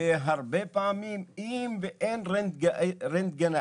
הרבה פעמים אם אין רנטגנאי